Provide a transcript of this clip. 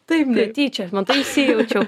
taip netyčia tai įsijaučiau